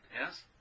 Yes